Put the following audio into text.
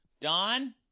Don